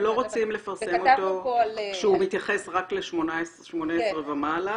מתייחס רק ל-18 ומעלה.